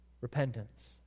repentance